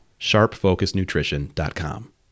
sharpfocusnutrition.com